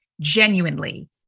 genuinely